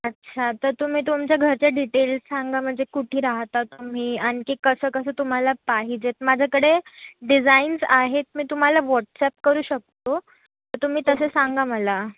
अच्छा तर तुम्ही तुमच्या घरच्या डिटेल्स सांगा म्हणजे कुठे राहता तुम्ही आणखी कसं कसं तुम्हाला पाहिजेत माझ्याकडे डिझाइन्स आहेत मी तुम्हाला व्हॉट्सअप करू शकतो तर तुम्ही तसं सांगा मला